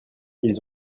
ils